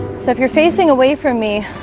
so if you're facing away from me